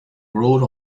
wrote